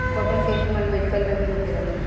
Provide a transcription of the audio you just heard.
cotton के इस्तेमाल medical में भी होखेला